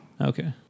Okay